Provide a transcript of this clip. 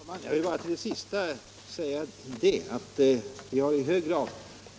Herr talman! Jag vill bara till det sista säga att vi har inom regeringen i hög grad